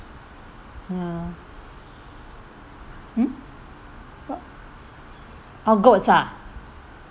ya mm oh goats ah